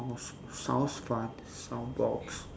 sounds sounds fun soundbox